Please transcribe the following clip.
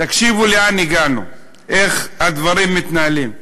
תקשיבו לאן הגענו, איך הדברים מתנהלים.